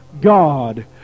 God